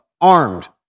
armed